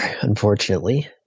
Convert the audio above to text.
unfortunately